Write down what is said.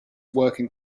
working